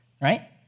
right